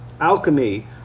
alchemy